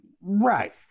Right